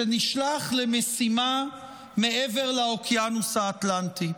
שנשלח למשימה מעבר לאוקיינוס האטלנטי.